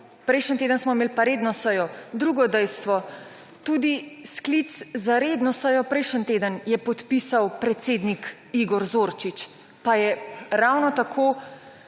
prejšnji teden smo imeli pa redno sejo. Drugo dejstvo. Tudi sklic za redno sejo prejšnji teden je podpisal predsednik Igor Zorčič, pa je ravno tako